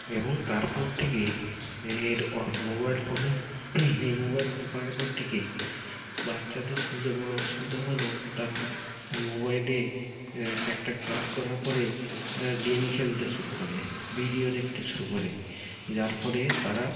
এবং তারপর থেকে হ্যাঁ এর মোবাইল ফোনে এই মোবাইল ফোন পাওয়ার পর থেকে বাচ্চাদের সবচেয়ে বড় অসুবিধা হল তারা মোবাইলে একটা ক্লাস করার পরে গেম খেলতে শুরু করে ভিডিও দেখতে শুরু করে যার ফলে তারা